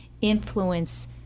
influence